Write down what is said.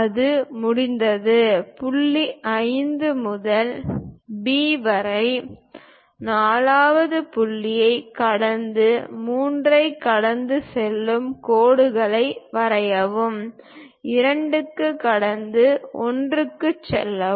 அது முடிந்ததும் புள்ளி 5 முதல் பி வரை 4 வது புள்ளியைக் கடந்து 3 ஐ கடந்து செல்லும் கோடுகளை வரையவும் 2 க்கு கடந்து 1 க்கு செல்லவும்